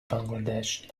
bangladesh